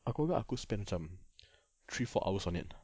aku agak aku spend macam three four hours on it lah